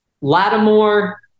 Lattimore